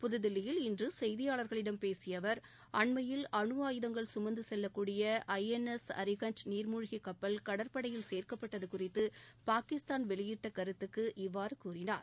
புதுதில்லியில் இன்று செய்தியாளர்களிடம் பேசிய அவர் அண்மையில் அணு ஆயுதங்கள் சுமந்து செல்லக்வடிய ஐ என் எஸ் அரிகன் நீர்மூழ்கி கப்பல் கடற்படையில் சேர்க்கப்பட்டது குறித்து பாகிஸ்தான் வெளியிட்ட கருத்துக்கு இவ்வாறு கூறினார்